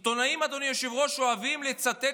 עיתונאים, אדוני היושב-ראש, אוהבים לצטט